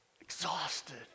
exhausted